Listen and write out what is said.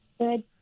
Good